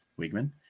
Wigman